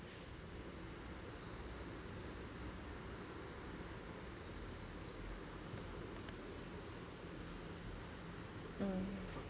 mm